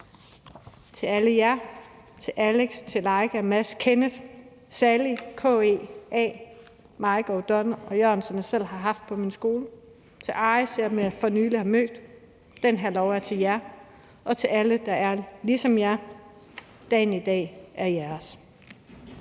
til alle jer, til Alex, Leika, Mads, Kenneth, Sally, KE og A, Mike, Odon og Jørn, som jeg selv har haft på min skole, og Ariz, som jeg for nylig har mødt. Den her lov er til jer og til alle, der er ligesom jer. Dagen i dag er jeres.